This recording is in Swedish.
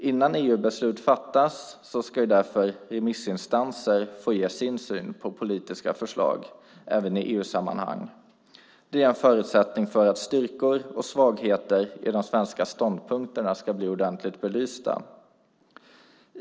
Innan EU-beslut fattas ska därför remissinstanser få ge sin syn på politiska förslag, även i EU-sammanhang. Det är en förutsättning för att styrkor och svagheter i de svenska ståndpunkterna ska bli ordentligt belysta.